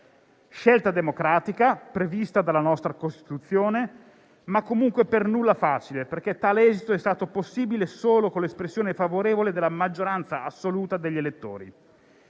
scelta democratica prevista dalla nostra Costituzione, ma comunque per nulla facile, perché tale esito è stato possibile solo con l'espressione favorevole della maggioranza assoluta degli elettori.